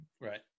Right